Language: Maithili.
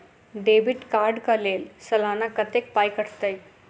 डेबिट कार्ड कऽ लेल सलाना कत्तेक पाई कटतै?